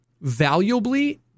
valuably